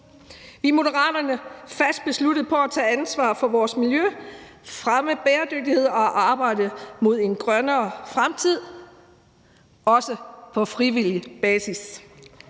I Moderaterne er vi fast besluttet på at tage ansvar for vores miljø, fremme bæredygtighed og arbejde mod en grønnere fremtid, også på frivillig basis.